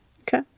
okay